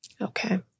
Okay